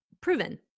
proven